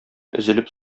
өзелеп